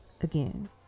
Again